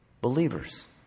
Believers